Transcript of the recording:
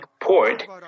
port